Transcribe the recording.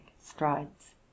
strides